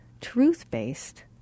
truth-based